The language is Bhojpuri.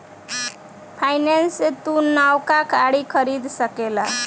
फाइनेंस से तू नवका गाड़ी खरीद सकेल